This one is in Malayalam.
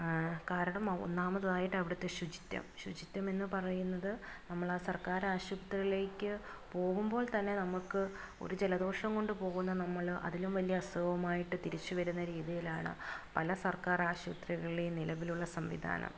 കാരണം ഒന്നാമതായിട്ടവിടുത്തെ ശുചിത്വം ശുചിത്വമെന്ന് പറയുന്നത് നമ്മളാ സർക്കാരാശുപത്രികളിലേക്ക് പോകുമ്പോൾ തന്നെ നമുക്ക് ഒരു ജലദോഷം കൊണ്ടു പോകുന്ന നമ്മള് അതിലും വലിയ അസുഖമായിട്ട് തിരിച്ചുവരുന്ന രീതിയിലാണ് പല സർക്കാർ ആശുപത്രികളിലേയും നിലവിലുള്ള സംവിധാനം